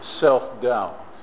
self-doubt